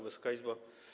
Wysoka Izbo!